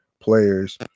players